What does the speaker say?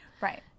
Right